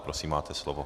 Prosím, máte slovo.